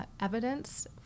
evidence